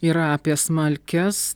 yra apie smalkes